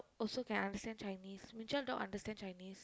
also can understand Chinese Ming Qiao dog understand Chinese